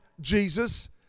Jesus